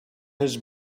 his